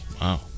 Wow